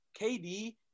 KD